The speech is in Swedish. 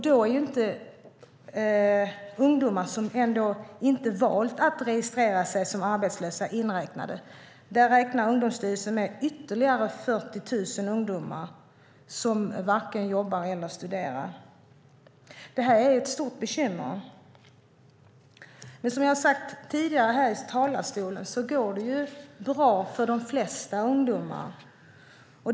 Då är ändå inte ungdomar som inte valt att registrera sig som arbetslösa inräknade. Där räknar Ungdomsstyrelsen med ytterligare 40 000 ungdomar som varken jobbar eller studerar. Detta är ett stort bekymmer. Som jag sagt tidigare här i talarstolen går det bra för de flesta ungdomar.